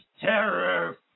terror